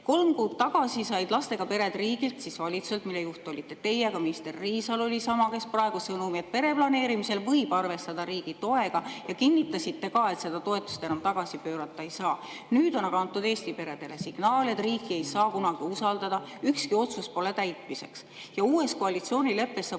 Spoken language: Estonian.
Kolm kuud tagasi said lastega pered riigilt, valitsuselt, mille juht olite teie, ka minister Riisalo oli sama, kes praegu, sõnumi, et pereplaneerimisel võib arvestada riigi toega, ja kinnitasite ka, et seda toetust enam tagasi pöörata ei saa. Nüüd aga on antud Eesti peredele signaal, et riiki ei saa kunagi usaldada, ükski otsus pole täitmiseks. Uues koalitsioonileppes saab